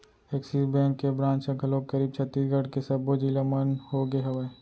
Axis Bank के branch ह घलोक करीब छत्तीसगढ़ के सब्बो जिला मन होगे हवय